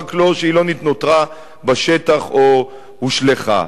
רק שהיא לא נותרה בשטח או הושלכה.